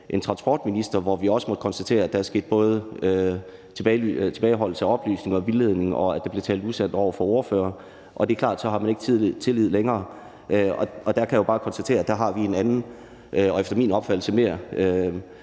en transportminister, som vi også har måttet konstatere både har tilbageholdt oplysninger og vildledt, og som har talt usandt over for ordførere. Det er klart, at så har vi ikke tillid længere. Der kan jeg bare konstatere at vi har en anden og efter min opfattelse mere